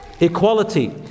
Equality